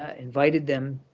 ah invited them,